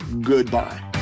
goodbye